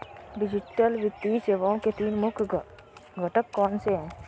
digital वित्तीय सेवाओं के तीन मुख्य घटक कौनसे हैं